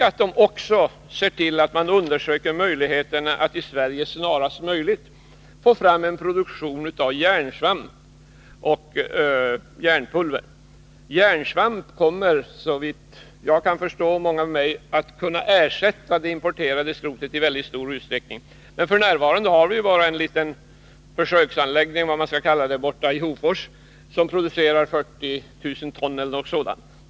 Kommissionen skall också undersöka möjligheterna att Sverige snarast får fram en produktion av järnsvamp och järnpulver. Järnsvamp kommer såvitt jag och många med mig kan förstå att i stor utsträckning kunna ersätta skrotet. Men f. n. har vi bara en försöksanläggning i Hofors, som producerar omkring 40000 ton.